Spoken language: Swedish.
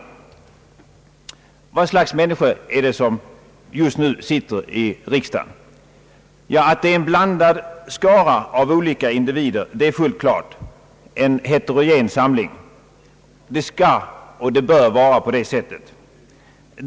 Vilket slags människor är det som just nu sitter i riksdagen? Att det är en blandad skara av olika individer är fullt klart — en heterogen samling. Det skall och bör vara på det sättet.